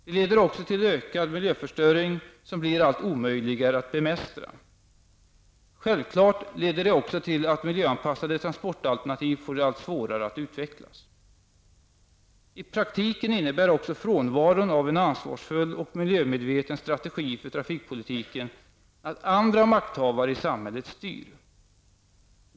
Det leder också till en ökad miljöförstöring som blir allt omöjligare att bemästra. Självklart leder det också till att miljöanpassade transportalternativ får allt svårare att utvecklas. I praktiken innebär också frånvaron av en ansvarsfull och miljömedveten strategi för trafikpolitiken att andra makthavare i samhället styr.